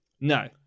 No